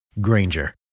Granger